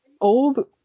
old